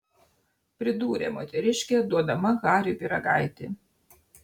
pridūrė moteriškė duodama hariui pyragaitį